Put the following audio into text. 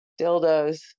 dildos